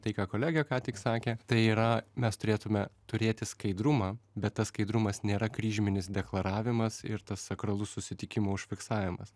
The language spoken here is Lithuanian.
tai ką kolegė ką tik sakė tai yra mes turėtume turėti skaidrumą bet tas skaidrumas nėra kryžminis deklaravimas ir tas sakralus susitikimo užfiksavimas